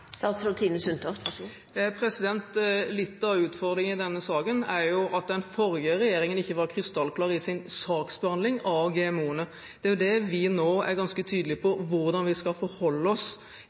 Litt av utfordringen i denne saken er jo at den forrige regjeringen ikke var krystallklar i sin saksbehandling av GMO-ene. Det er dette vi nå er ganske tydelige på – hvordan vi skal forholde oss